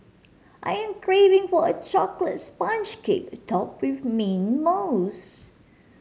I am craving for a chocolates sponge cake topped with mint mousse